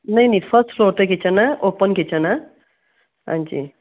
ਨਹੀਂ ਨਹੀਂ first floor 'ਤੇ ਕਿਚਨ ਹੈ ਓਪਨ ਕਿਚਨ ਹੈ ਹਾਂਜੀ